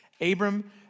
Abram